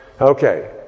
Okay